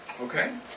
Okay